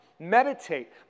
meditate